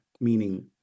meaning